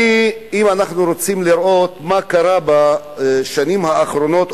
אם אנחנו רוצים לראות מה קרה בשנים האחרונות,